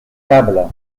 tables